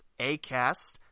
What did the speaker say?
Acast